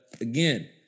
again